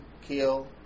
kill